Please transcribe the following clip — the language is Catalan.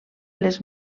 les